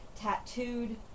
Tattooed